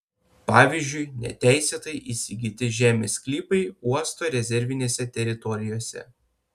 pavyzdžiui neteisėtai įsigyti žemės sklypai uosto rezervinėse teritorijose